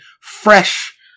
fresh